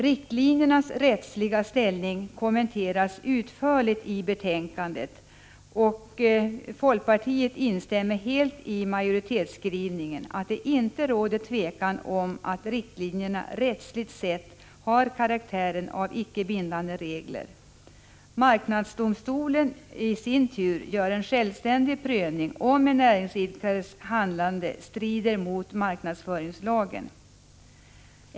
Riktlinjernas rättsliga ställning kommenteras utförligt i betänkandet. Vi i folkpartiet instämmer helt i majoritetsskrivningen, att det inte råder tvekan om att riktlinjerna rättsligt sett har karaktären av icke bindande regler. Marknadsdomstolen i sin tur gör en självständig prövning om en näringsidkares handlande strider mot marknadsföringslagen.